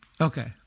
Okay